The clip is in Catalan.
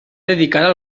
dedicar